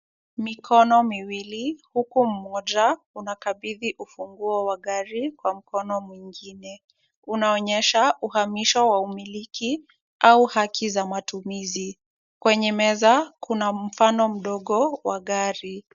Mikono miwili huku mmoja unakabidhi ufunguo wa gari kwa mkono mwingine. Unaonyesha uhamisho wa umiliki au haki za matumizi. Kwenye meza kuna mfano mdogo wa gari.